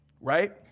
right